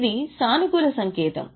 ఇది సానుకూల సంకేతం